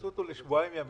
תעשו אותו לשבועיים ימים,